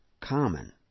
common